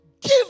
Give